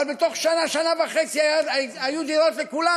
אבל תוך שנה שנה וחצי היו דירות לכולם,